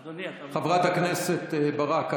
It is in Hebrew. אדוני, אתה, חברת הכנסת ברק.